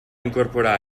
incorporar